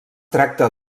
tracta